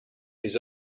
les